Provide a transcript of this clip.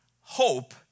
hope